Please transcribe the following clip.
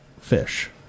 fish